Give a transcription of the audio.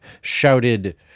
shouted